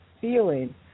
feeling